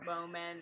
moment